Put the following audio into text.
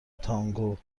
تانگو